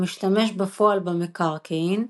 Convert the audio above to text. המשתמש בפועל במקרקעין.